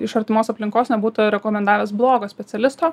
iš artimos aplinkos nebūtų rekomendavęs blogo specialisto